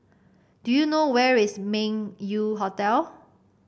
do you know where is Meng Yew Hotel